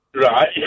Right